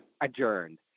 adjourned